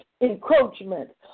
encroachment